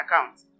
account